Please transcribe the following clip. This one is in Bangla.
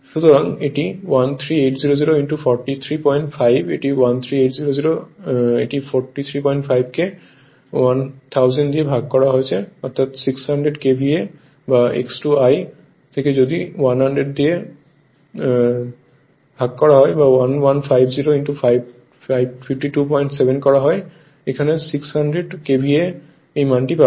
সুতরাং এটি 13800 435 এটি 13800 এটি 435 কে 1000 দিয়ে ভাগ অর্থাৎ 600 KVA বা X2 I থেকে যদি 1000 দিয়ে 11500 527 করা হয় এখানে 600 KVA দিয়েও একই পাবেন